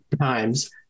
times